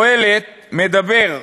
בקהלת, מדבר,